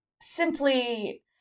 simply